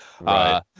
Right